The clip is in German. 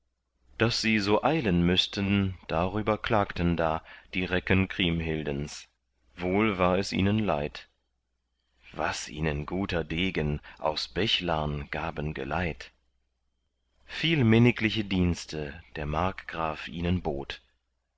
daß sie so eilen müßten darüber klagten da die recken kriemhildens wohl war es ihnen leid was ihnen guter degen aus bechlarn gaben geleit viel minnigliche dienste der markgraf ihnen bot